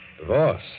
Divorce